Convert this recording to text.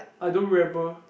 I don't remember